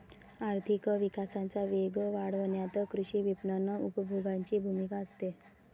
आर्थिक विकासाचा वेग वाढवण्यात कृषी विपणन उपभोगाची भूमिका असते